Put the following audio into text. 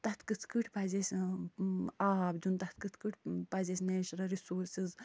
تَتھ کِتھ کٔنۍ پزِ اَسہِ آب دیُن تتھ کِتھ کٔنۍ پزِ اَسہِ نیچرل رسورسِز